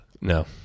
No